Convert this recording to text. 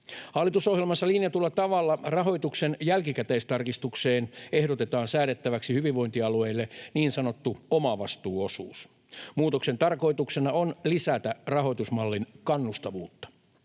Hallitusohjelmassa linjatulla tavalla rahoituksen jälkikäteistarkistukseen ehdotetaan säädettäväksi hyvinvointialueille niin sanottu omavastuuosuus. Muutoksen tarkoituksena on lisätä rahoitusmallin kannustavuutta.